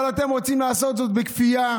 אבל אתם רוצים לעשות זאת בכפייה,